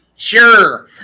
Sure